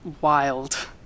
wild